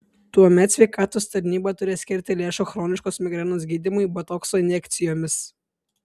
tuomet sveikatos tarnyba turės skirti lėšų chroniškos migrenos gydymui botokso injekcijomis